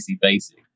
Basic